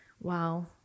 wow